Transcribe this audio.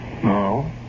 No